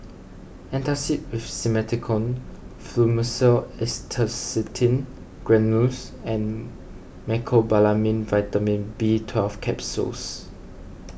Antacid with Simethicone Fluimucil Acetylcysteine Granules and Mecobalamin Vitamin B Twelve Capsules